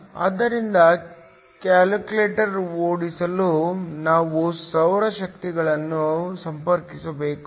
ಆದ್ದರಿಂದ ಕ್ಯಾಲ್ಕುಲೇಟರ್ ಓಡಿಸಲು ನಾವು ಸೌರ ಕೋಶಗಳನ್ನು ಸಂಪರ್ಕಿಸಬೇಕು